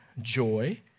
joy